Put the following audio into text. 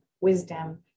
wisdom